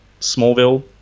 smallville